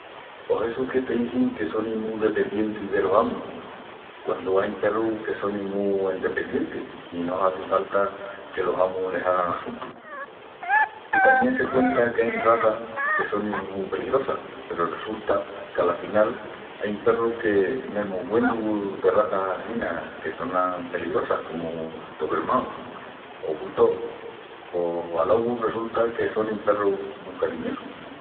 Pos essu que t'izin que sonin mu dependientis delos amus, quandu ain perrus que sonin mu endependientis i no hazi falta que los amus les hagan assuntu. I tamién se cuenta qu'ain razas que sonin mu peligrosas peru resulta qu'afinal ain perrus que, mesmu huendu de razas assina que sonan peligrosas comu doberman, rottweiler o bulldog, pos alogu resulta que sonin perrus mu cariñosus.